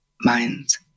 minds